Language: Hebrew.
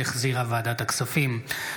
הצעת חוק עבודת נשים (תיקון,